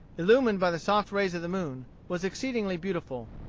illumined by the soft rays of the moon, was exceedingly beautiful.